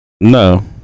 no